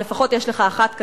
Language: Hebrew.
אבל לפחות יש לך אחת כזאת".